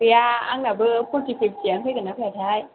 गैया आंनाबो फर्टि फिफटिआनो फैगोनना फैयाथाय